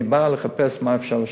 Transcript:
אני בא לחפש מה אפשר לשפר,